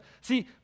See